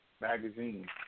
magazine